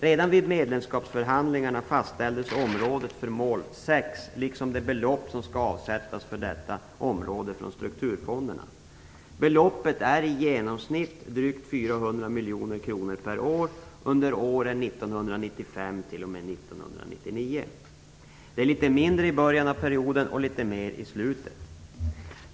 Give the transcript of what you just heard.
Redan vid medlemskapsförhandlingarna fastställdes området för mål 6 liksom det belopp som skall avsättas för detta område från strukturfonderna. Beloppet är i genomsnitt drygt 400 miljoner kronor per år under åren 1995 t.o.m. 1999. Det är litet mindre i början av perioden och litet mer i slutet.